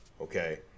Okay